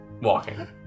walking